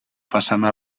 façana